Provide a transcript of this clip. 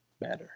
better